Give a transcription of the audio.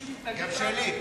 גם שלי.